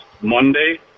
Monday